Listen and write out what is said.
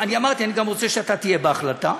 אני אמרתי: אני רוצה שגם אתה תהיה בהחלטה,